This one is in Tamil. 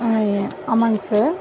ஆமாங்க சார்